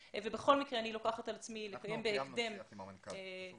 ובכל מקרה אני לוקחת על עצמי לקיים בהקדם שיחה עם שרת התיירות.